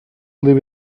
live